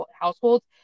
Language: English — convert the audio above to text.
households